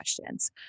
questions